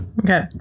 Okay